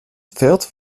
pferd